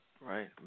Right